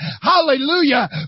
Hallelujah